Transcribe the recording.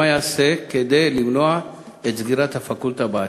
מה ייעשה כדי למנוע את סגירת הפקולטה בעתיד?